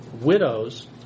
widows